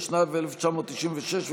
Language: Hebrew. התשנ"ו 1996,